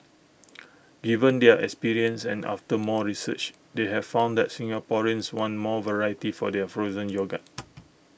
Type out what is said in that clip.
given their experience and after more research they have found that Singaporeans want more variety for their frozen yogurt